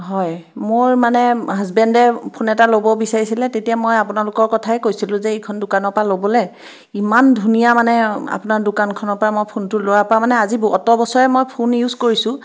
হয় মোৰ মানে হাজবেণ্ডে ফোন এটা ল'ব বিচাৰিছিলে তেতিয়া মই আপোনালোকৰ কথাই কৈছিলোঁ যে এইখন দোকানৰ পৰা ল'বলৈ ইমান ধুনীয়া মানে আপোনাৰ দোকানখনৰ পৰা মই ফোনটো লোৱাৰ পৰা মানে আজি অত' বছৰে মই ফোন ইউজ কৰিছোঁ